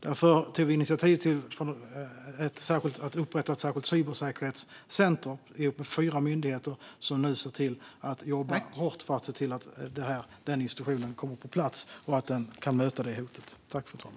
Därför har regeringen tagit initiativ till att ihop med fyra myndigheter upprätta ett särskilt cybersäkerhetscenter, och myndigheterna ser nu till att jobba hårt för att denna institution kommer på plats och kan möta detta hot.